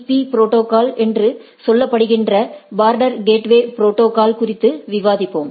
பீ protocol என்று சொல்லப்படுகின்ற border gateway protocol குறித்து விவாதிப்போம்